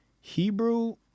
Hebrew